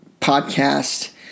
Podcast